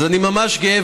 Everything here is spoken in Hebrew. אז אני ממש גאה,